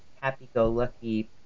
happy-go-lucky